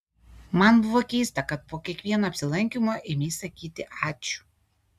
man buvo keista kad po kiekvieno apsilankymo ėmei sakyti ačiū